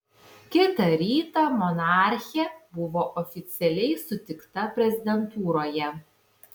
kitą rytą monarchė buvo oficialiai sutikta prezidentūroje